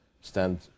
stand